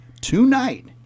tonight